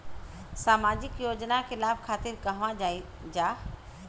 सामाजिक योजना के लाभ खातिर कहवा जाई जा?